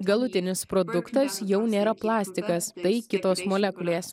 galutinis produktas jau nėra plastikas tai kitos molekulės